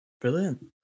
brilliant